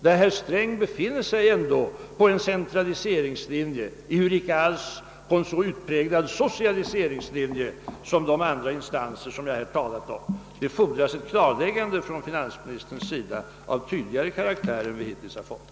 Herr Sträng befinner sig ändå på en centraliseringslinje, ehuru icke alls på en så utpräglad socialiseringslinje som de andra instanser jag här talat om. Här fordras ett klarare besked från finansministern än vi hittills har fått.